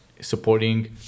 Supporting